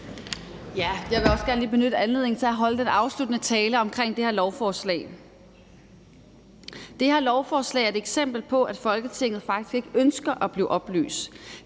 Jeg vil også gerne lige benytte anledningen til at holde en afsluttende tale om det her lovforslag. Det her lovforslag er et eksempel på, at Folketinget faktisk ikke ønsker at blive oplyst,